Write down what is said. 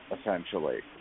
essentially